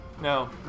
No